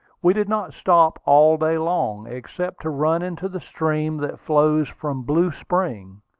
we did not stop all day long, except to run into the stream that flows from blue spring,